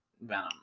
Venom